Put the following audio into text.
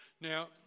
Now